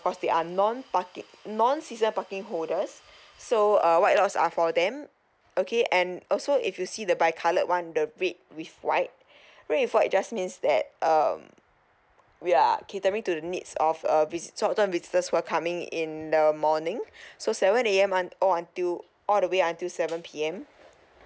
cause they are non parking non season parking holders so uh white lots are for them okay and also if you see the bi coloured one the red with white red with white just means that um we are catering to the needs of a visit short term visitors who are coming in the morning so seven A_M un~ all until all the way until seven P_M